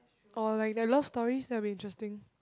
orh like they are love stories there be interesting